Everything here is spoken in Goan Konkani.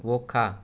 वोका